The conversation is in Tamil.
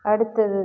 அடுத்தது